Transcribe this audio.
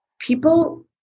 people